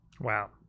Wow